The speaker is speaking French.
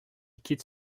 quitte